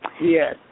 Yes